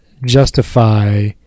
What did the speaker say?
justify